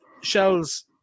Shells